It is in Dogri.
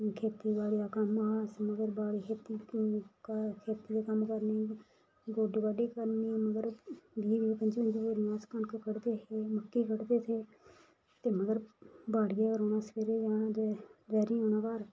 हून खेतीबाड़ी दा कम्म हा अस मतलब बाड्डी खेती दा कम्म करने गोड्डी बाड्डी करनी मतलब बीह् बीह पंजी पंंजी बोरियां अस कनक कड्ढदे हे मक्की कड्ढदे हे ते मतलब बाड़िया गै रौह्ना सवेरे जाना दपैह्री औना घर